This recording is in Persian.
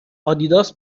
آدیداس